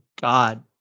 god